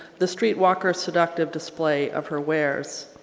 the streetwalker seductive display of her wares.